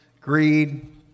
Greed